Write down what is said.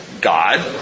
God